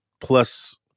Plus